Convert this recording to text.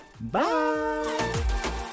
bye